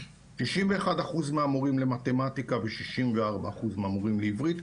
91% מהמורים למתמטיקה ו-64% מהמורים לעברית,